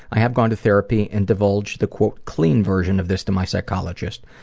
i have gone to therapy and divulged the clean version of this to my psychologist.